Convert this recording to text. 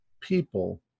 people